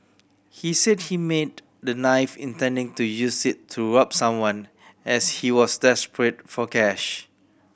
he said he made the knife intending to use it to rob someone as he was desperate for cash